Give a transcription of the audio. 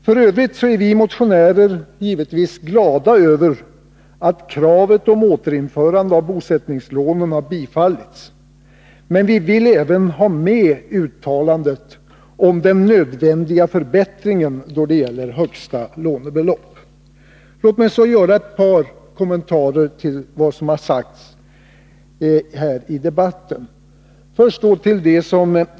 F. ö. är vi motionärer givetvis glada över att kravet på återinförande av bosättningslånen tillstyrkts, men vi vill även ha med uttalandet om den nödvändiga förbättringen då det gäller högsta lånebelopp. Låt mig så göra några kommentarer till vad som har sagts här i debatten.